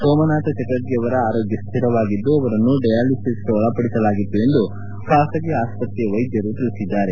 ಸೋಮನಾಥ್ ಚಟರ್ಜಿ ಅವರ ಆರೋಗ್ಯ ಸ್ಥಿರವಾಗಿದ್ದು ಅವರನ್ನು ಡಯಾಲಿಸಸ್ಗೆ ಒಳಪಡಿಸಲಾಗಿತ್ತು ಎಂದು ಬಾಸಗಿ ಆಸ್ವತ್ರೆಯ ವೈದ್ಯರು ತಿಳಿಸಿದ್ದಾರೆ